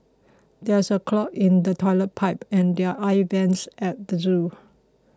there is a clog in the Toilet Pipe and the Air Vents at the zoo